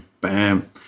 bam